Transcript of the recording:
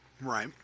Right